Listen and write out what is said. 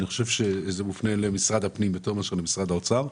אני חושב שזה מופנה למשרד הפנים יותר מאשר למשרד האוצר.